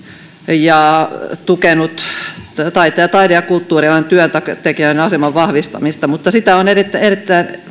ja tukenut taide ja kulttuurialan työtä tekevien aseman vahvistamista mutta sitä on erittäin